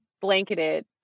blanketed